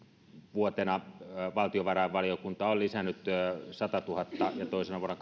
vuotena valtiovarainvaliokunta on lisännyt ensin satatuhatta ja toisena vuonna